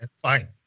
fine